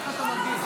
כל המסכות ירדו.